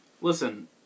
Listen